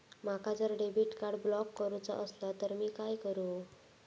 माका जर debit card block करूचा असला तर मी काय करू?